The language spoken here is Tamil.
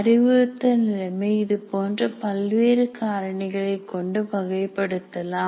அறிவுறுத்தல் நிலைமை இது போன்ற பல்வேறு காரணிகளை கொண்டு வகைப்படுத்தலாம்